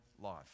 life